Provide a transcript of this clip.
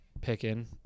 picking